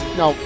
no